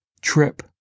trip